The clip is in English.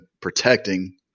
protecting